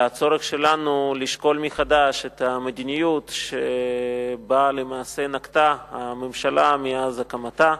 לצורך שלנו לשקול מחדש את המדיניות שלמעשה נקטה הממשלה מאז הקמתה.